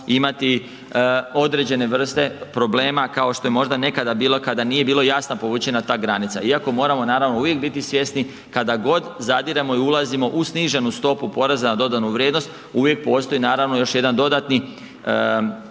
imati određene vrste problema kao što je možda nekada bilo kada nije bila jasno povučena ta granica, iako moramo biti uvijek svjesni kada god zadiremo i ulazimo u sniženu stopu poreza na dodanu vrijednost uvijek postoji još jedan dodatni